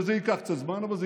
וזה ייקח קצת זמן, אבל זה